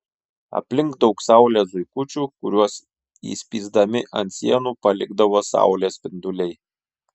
aplink daug saulės zuikučių kuriuos įspįsdami ant sienų palikdavo saulės spinduliai